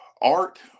art